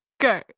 go